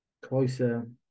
closer